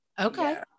Okay